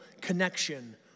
connection